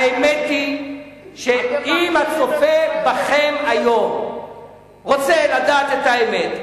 האמת היא שאם הצופה בכם היום רוצה לדעת את האמת,